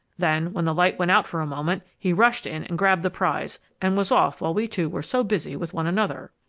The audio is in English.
then, when the light went out for a moment, he rushed in and grabbed the prize and was off while we two were so busy with one another!